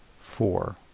four